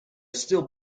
still